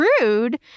rude